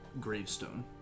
gravestone